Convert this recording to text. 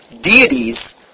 deities